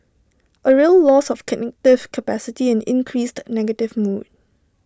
A real loss of cognitive capacity and increased negative mood